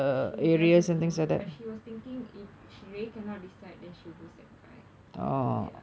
she doesn't know but she was thinking if she really cannot decide she will go secondary five ya